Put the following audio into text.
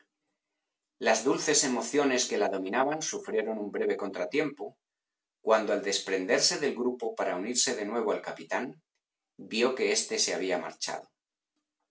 las dulces emociones que la dominaban sufrieron un breve contratiempo cuando al desprenderse del grupo para unirse de nuevo al capitán vió que éste se había marchado